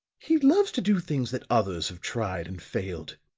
he loves to do things that others have tried and failed.